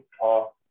talk